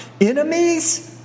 enemies